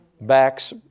Backs